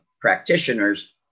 practitioners